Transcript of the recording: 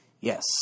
Yes